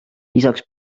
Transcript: lisaks